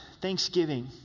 thanksgiving